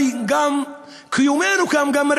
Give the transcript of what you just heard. ככה אמרתם באמת.